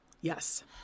Yes